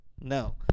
No